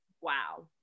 wow